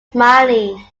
smiley